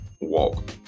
walk